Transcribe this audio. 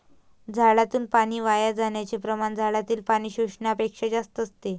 झाडातून पाणी वाया जाण्याचे प्रमाण झाडातील पाणी शोषण्यापेक्षा जास्त असते